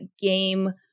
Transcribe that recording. game